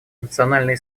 национальные